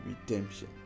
redemption